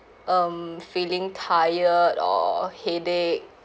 um feeling tired or headache